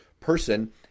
person